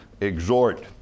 exhort